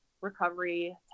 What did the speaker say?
recovery